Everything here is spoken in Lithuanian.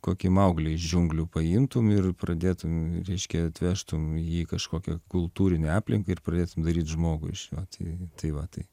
kokį mauglį iš džiunglių paimtum ir pradėtum reiškia atvežtum jį į kažkokią kultūrinę aplinką ir pradėtum daryt žmogų iš jo tai tai va tai